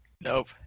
Nope